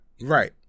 right